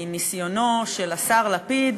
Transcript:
מניסיונו של השר לפיד